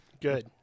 Good